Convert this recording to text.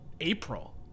April